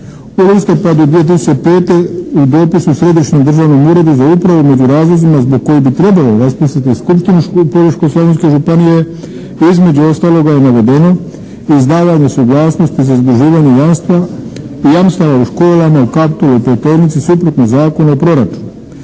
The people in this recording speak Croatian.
U listopadu 2005. u dopisu Središnjem državnom uredu za upravu među razlozima zbog kojih bi trebalo raspustiti skupštinu Požeško-slavonske županije između ostaloga je navedeno izdavanje suglasnosti za združivanje jamstva i jamstava u školama u Kaptolu i Pleternici suprotno Zakonu o proračunu.